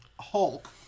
Hulk